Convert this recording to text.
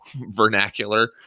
vernacular